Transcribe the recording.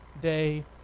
day